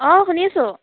অঁ শুনিছোঁ